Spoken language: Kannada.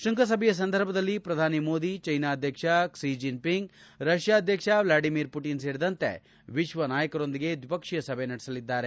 ಶ್ವಂಗಸಭೆಯ ಸಂದರ್ಭದಲ್ಲಿ ಪ್ರಧಾನಿ ಮೋದಿ ಚ್ಯೆನಾ ಅಧ್ವಕ್ಷ ಕ್ಷಿ ಜಿನ್ ಪಿಂಗ್ ರಷ್ಯಾ ಅಧ್ಯಕ್ಷ ವ್ಷಾಡಿಮಿರ್ ಪುಟಿನ್ ಸೇರಿದಂತೆ ವಿಶ್ವ ನಾಯಕರೊಂದಿಗೆ ದ್ವಿಪಕ್ಷೀಯ ಸಭೆ ನಡೆಸಲಿದ್ದಾರೆ